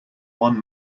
one